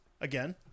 Again